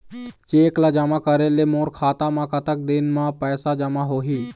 Cheque ला जमा करे ले मोर खाता मा कतक दिन मा पैसा जमा होही?